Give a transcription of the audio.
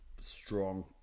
strong